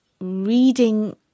reading